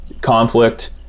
conflict